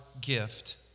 gift